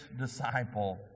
disciple